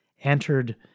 entered